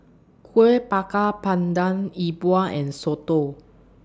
Kuih Bakar Pandan Yi Bua and Soto